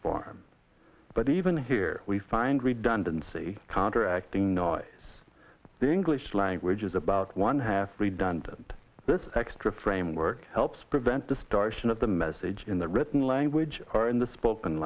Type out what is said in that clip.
form but even here we find redundancy counteracting the english language is about one half redundant this extra framework helps prevent this direction of the message in the written language or in the spoken